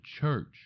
church